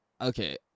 Okay